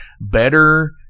better